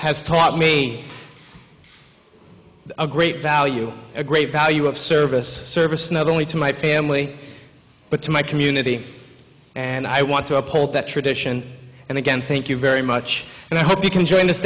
has taught me a great value a great value of service service not only to my family but to my community and i want to uphold that tradition and again thank you very much and i hope you can join this